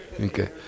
Okay